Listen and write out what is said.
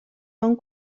mewn